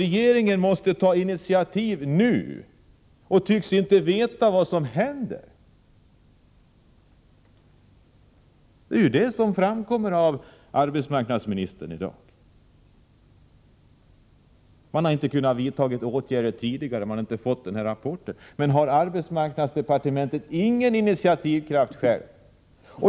Regeringen måste ta initiativ nu, men den tycks inte veta vad som händer — detta framkommer av arbetsmarknadsministerns inlägg här i dag. Arbetsmarknadsministern säger att man inte har kunnat vidta några åtgärder tidigare, eftersom man inte har fått den här rapporten. Men har arbetsmarknadsdepartementet inte självt någon initiativkraft?